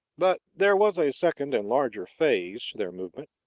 but there was a second and larger phase to their movement,